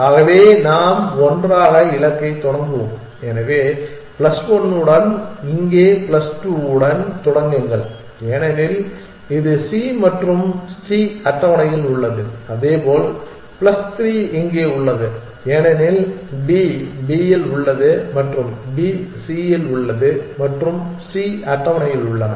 ஆகவே நாம் ஒன்றாக இலக்கைத் தொடங்குவோம் எனவே பிளஸ் 1 உடன் இங்கே பிளஸ் 2 உடன் தொடங்குங்கள் ஏனெனில் இது C மற்றும் C அட்டவணையில் உள்ளது அதேபோல் பிளஸ் 3 இங்கே உள்ளது ஏனெனில் D B இல் உள்ளது மற்றும் B C இல் உள்ளது மற்றும் C அட்டவணையில் உள்ளன